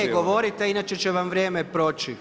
Ne, govorite, inače će vam vrijeme proći.